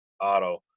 Auto